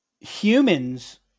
Humans